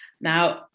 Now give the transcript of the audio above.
Now